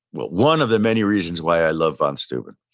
one of the many reasons why i love von steuben.